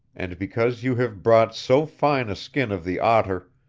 and because you have brought so fine a skin of the otter,